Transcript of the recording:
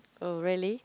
oh really